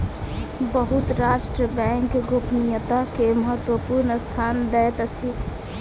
बहुत राष्ट्र बैंक गोपनीयता के महत्वपूर्ण स्थान दैत अछि